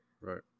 Right